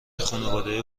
خونواده